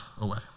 away